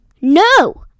No